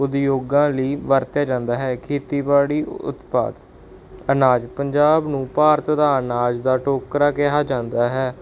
ਉਦਯੋਗਾਂ ਲਈ ਵਰਤਿਆ ਜਾਂਦਾ ਹੈ ਖੇਤੀਬਾੜੀ ਉਤਪਾਦ ਅਨਾਜ ਪੰਜਾਬ ਨੂੰ ਭਾਰਤ ਆਧਾਰ ਅਨਾਜ ਦਾ ਟੋਕਰਾ ਕਿਹਾ ਜਾਂਦਾ ਹੈ